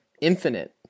infinite